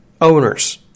owners